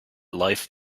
life